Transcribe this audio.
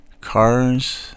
cars